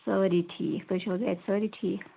سٲری ٹھیٖک تُہۍ چھُوا گَرِ سٲری ٹھیٖک